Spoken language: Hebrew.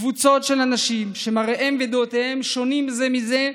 קבוצות של אנשים שמראם ודעותיהם שונים זה מזה,